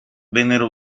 vennero